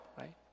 right